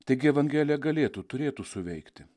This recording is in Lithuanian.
taigi evangelija galėtų turėtų suveikti